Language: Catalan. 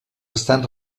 estan